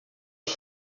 has